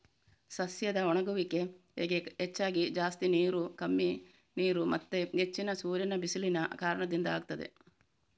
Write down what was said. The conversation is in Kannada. ಸಸ್ಯದ ಒಣಗುವಿಕೆಗೆ ಹೆಚ್ಚಾಗಿ ಜಾಸ್ತಿ ನೀರು, ಕಮ್ಮಿ ನೀರು ಮತ್ತೆ ಹೆಚ್ಚಿನ ಸೂರ್ಯನ ಬಿಸಿಲಿನ ಕಾರಣದಿಂದ ಆಗ್ತದೆ